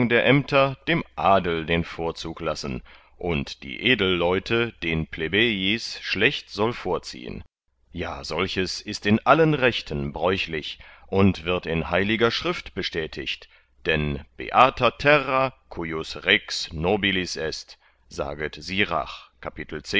dem adel den vorzug lassen und die edelleute den plebejis schlecht soll vorziehen ja solches ist in allen rechten bräuchlich und wird in heiliger schrift bestätiget dann beata terra cujus rex nobilis est saget